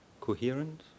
coherent